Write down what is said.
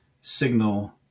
signal